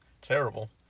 Terrible